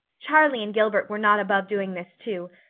charlie and gilbert were not above doing this too,